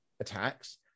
attacks